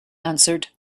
answered